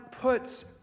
puts